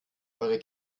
eure